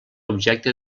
objecte